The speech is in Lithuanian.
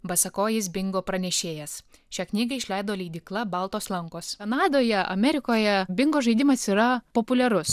basakojis bingo pranešėjas šią knygą išleido leidykla baltos lankos kanadoje amerikoje bingo žaidimas yra populiarus